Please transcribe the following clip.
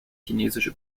chinesische